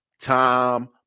Tom